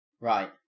Right